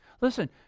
listen